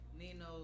Nino